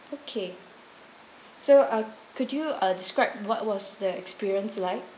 okay so uh could you uh describe what was the experience like